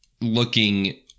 looking